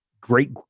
Great